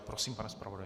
Prosím, pane zpravodaji.